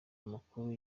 amakuru